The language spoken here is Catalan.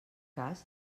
cas